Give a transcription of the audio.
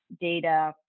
data